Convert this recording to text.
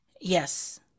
Yes